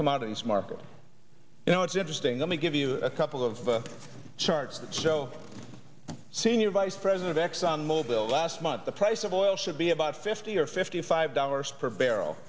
commodities market you know it's interesting let me give you a couple of charts that show senior vice president exxon mobil last month the price of oil should be about fifty or fifty five dollars per barrel